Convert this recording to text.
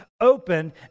open